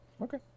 Okay